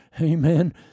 amen